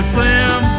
Slim